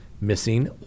missing